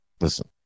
Listen